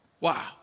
Wow